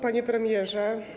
Panie Premierze!